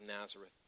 Nazareth